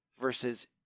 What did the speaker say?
versus